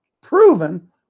proven